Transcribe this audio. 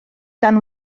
dan